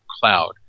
cloud